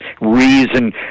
reason